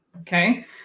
Okay